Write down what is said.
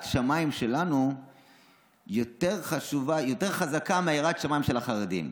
השמיים שלנו יותר חזקה מיראת השמיים של החרדים.